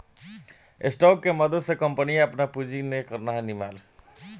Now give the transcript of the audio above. stock के मदद से कंपनियां आपन पूंजी के निर्माण करेला